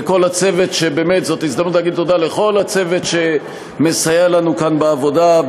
זאת הזדמנות לומר תודה לכל הצוות שמסייע לנו כאן בעבודה,